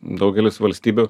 daugelis valstybių